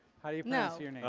how do you pronounce your name.